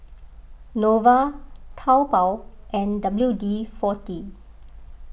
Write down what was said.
Nova Taobao and W D forty